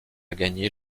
gagner